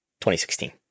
2016